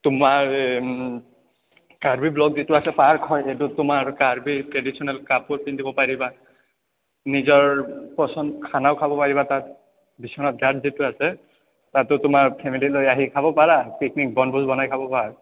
তোমাৰ এই কাৰ্বি ব্ল'ক যিটো আছে পাৰ্ক কয় সেইটোত তোমাৰ কাৰ্বিৰ ট্ৰেডিচনেল কাপোৰ পিন্ধিব পাৰিবা নিজৰ পচন্দ খানাও খাব পাৰিবা তাত বিশ্বনাথ ঘাট যিটো আছে তাতো তোমাৰ ফেমেলি লৈ আহি খাব পাৰা পিকনিক বনভোজ বনাই খাব ভাল